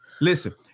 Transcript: Listen